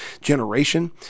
generation